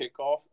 kickoff